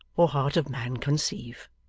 or heart of man conceive